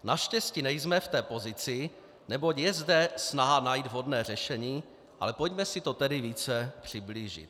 Naštěstí nejsme v té pozici, neboť je zde snaha najít vhodné řešení, ale pojďme si to tedy více přiblížit.